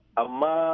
ama